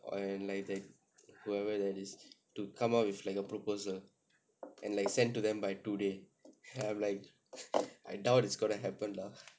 and like that whoever that is to come up with like a proposal and like sent to them by today and I'm like I doubt it's gonna happen lah